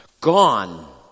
Gone